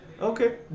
Okay